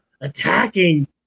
attacking